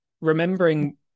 remembering